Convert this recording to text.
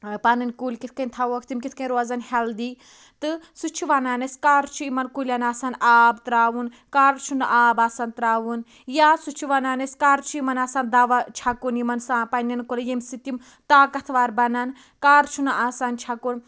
پَنٕنۍ کُلۍ کِتھ کنۍ تھاووکھ تِم کِتھ کنۍ روزَن ہیٚلدی تہٕ سُہ چھُ وَنان اَسہِ کَر چھُ وَنان اَسہِ کَر چھُ یِمَن کُلٮ۪ن آسان آب تراوُن کَر چھُ نہٕ آب آسان تراوُن یا سُہ چھُ وَنان اَسہِ کَر چھُ یِمَن آسان دَوا چھَکُن یمَن سا پَننٮ۪ن کُلٮ۪ن ییٚمہِ سۭتۍ یِم طاقَت وَر بَنَن کَر چھُ نہٕ آسان چھَکُن